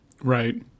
Right